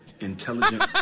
intelligent